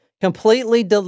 Completely